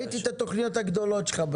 ראיתי את התוכניות הגדולות שלך.